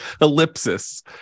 ellipsis